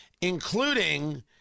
including